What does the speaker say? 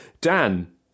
Dan